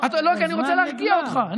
אני רוצה להרגיע אותך.